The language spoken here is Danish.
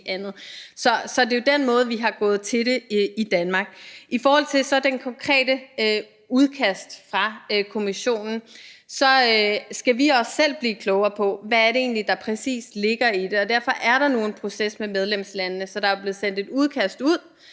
Så det er jo den måde, vi er gået til det på i Danmark. I forhold til det konkrete udkast fra Kommissionen skal vi også selv blive klogere på, hvad det egentlig er, der præcis ligger i det, og derfor er der nu en proces med medlemslandene. Der er blevet sendt et udkast ud.